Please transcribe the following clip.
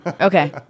Okay